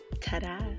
Ta-da